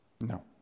No